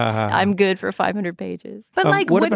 i'm good for five hundred pages. but like what?